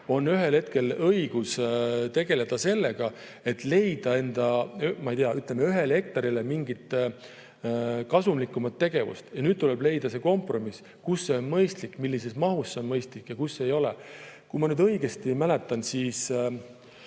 on ühel hetkel õigus tegeleda sellega, et leida, ma ei tea, ühele hektarile mingit kasumlikumat tegevust. Nüüd tuleb leida kompromiss, kus see on mõistlik ja millises mahus see on mõistlik ning kus ei ole. Kui ma õigesti mäletan, siis